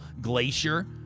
glacier